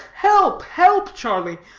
help, help, charlie,